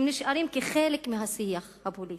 הן נשארות כחלק מהשיח הפוליטי.